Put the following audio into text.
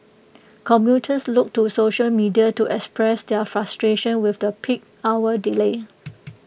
commuters took to social media to express their frustration with the peak hour delay